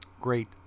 great